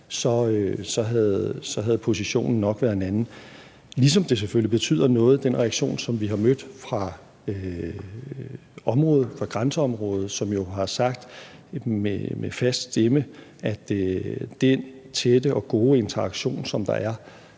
havde positionen nok været en anden, ligesom det selvfølgelig betyder noget med den reaktion, som vi har mødt fra grænseområdet, hvor man jo har sagt med fast stemme, at den tætte og gode interaktion, som der er,